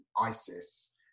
isis